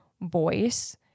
voice